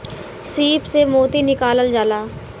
सीप से मोती निकालल जाला